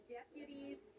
deputies